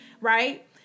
Right